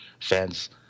fans